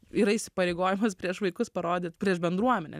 yra įsipareigojimas prieš vaikus parodyt prieš bendruomenę